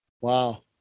Wow